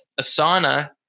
Asana